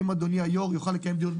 שאם אדוני היושב-ראש יוכל לקיים דיון בעוד